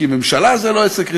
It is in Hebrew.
כי ממשלה זה לא עסק רציני,